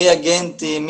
ריאגנטים,